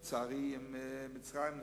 לצערי, עם מצרים ניסינו,